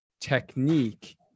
technique